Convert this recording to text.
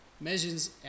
measures